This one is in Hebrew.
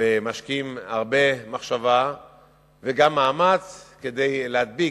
ומשקיעים הרבה מחשבה וגם מאמץ כדי להדביק,